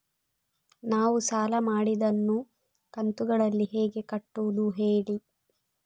ನಾವು ಸಾಲ ಮಾಡಿದನ್ನು ಕಂತುಗಳಲ್ಲಿ ಹೇಗೆ ಕಟ್ಟುದು ಹೇಳಿ